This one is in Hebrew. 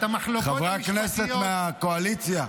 חברי הכנסת מהקואליציה.